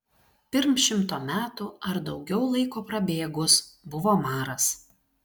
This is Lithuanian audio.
pirm šimto metų ar daugiau laiko prabėgus buvo maras